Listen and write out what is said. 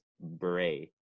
Bray